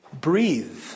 breathe